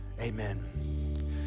amen